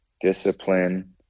discipline